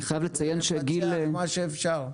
ולפצח מה שאפשר.